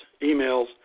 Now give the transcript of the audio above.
emails